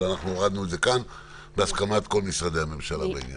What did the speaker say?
אבל אנחנו הורדנו את זה כאן בהסכמת כל משרדי הממשלה בעניין.